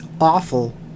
awful